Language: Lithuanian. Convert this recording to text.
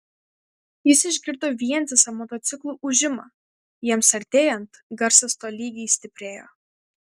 jis išgirdo vientisą motociklų ūžimą jiems artėjant garsas tolygiai stiprėjo